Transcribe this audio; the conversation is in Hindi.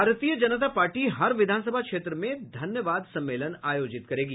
भारतीय जनता पार्टी हर विधानसभा क्षेत्र में धन्यवाद सम्मेलन आयोजित करेगी